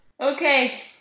okay